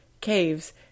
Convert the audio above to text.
caves